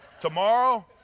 tomorrow